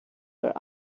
were